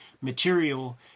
material